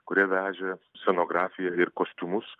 kurie vežė scenografiją ir kostiumus